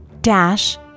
dash